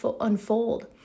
unfold